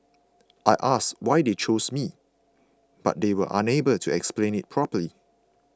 I asked why they chose me but they were unable to explain it properly